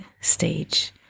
stage